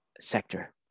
sector